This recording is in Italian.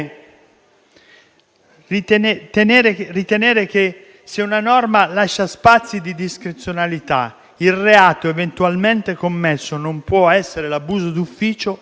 ritenere che, se una norma lascia spazi di discrezionalità, il reato eventualmente commesso non può essere l'abuso d'ufficio.